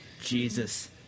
Jesus